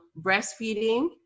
breastfeeding